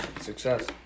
Success